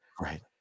right